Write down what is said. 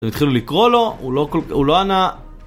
והתחילו לקרוא לו, הוא לא כל כ- הוא לא ענה,